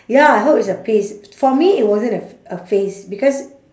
ya I hope it's a phase for me it wasn't a ph~ a phase because